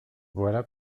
voilà